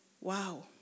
Wow